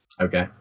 Okay